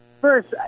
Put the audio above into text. First